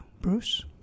Bruce